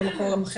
או ממקום אחר,